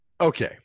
okay